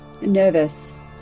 nervous